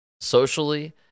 socially